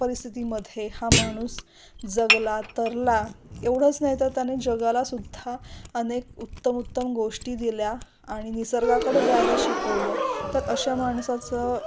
परिस्थितीमध्ये हा माणूस जगला तरला एवढंच नाही तर त्याने जगालासुद्धा अनेक उत्तम उत्तम गोष्टी दिल्या आणि निसर्गाकडं जायला शिकवलं तर अशा माणसाचं